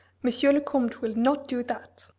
monsieur le comte will not do that!